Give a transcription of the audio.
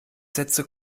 sätze